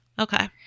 Okay